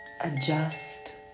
adjust